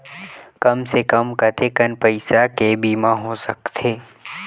कम से कम कतेकन पईसा के बीमा हो सकथे?